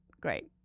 Great